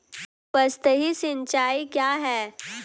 उपसतही सिंचाई क्या है?